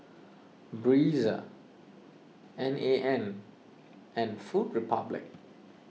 Breezer N A N and Food Republic